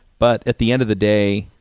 but at the end of the day,